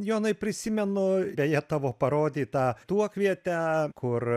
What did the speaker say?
jonai prisimenu beje tavo parodytą tuokvietę kur